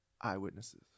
eyewitnesses